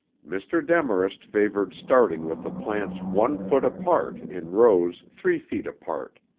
mr. demarest favored starting with the plants one foot apart in rows three feet apart.